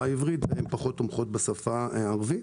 העברית והן פחות תומכות בשפה הערבית.